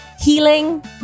healing